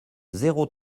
zéro